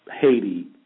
Haiti